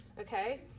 Okay